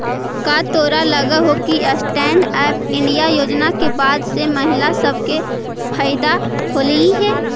का तोरा लग हो कि स्टैन्ड अप इंडिया योजना के बाद से महिला सब के फयदा होलई हे?